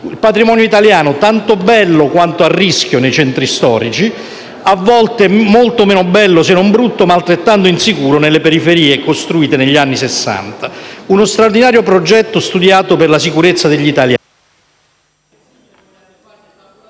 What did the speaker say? Il patrimonio italiano è tanto bello quanto a rischio, nei centri storici, e a volte molto meno bello, se non brutto, ma altrettanto insicuro nelle periferie costruite negli anni Sessanta. Uno straordinario progetto studiato per la sicurezza degli italiani…